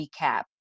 recap